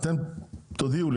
אתם תודיעו לו,